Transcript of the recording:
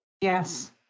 Yes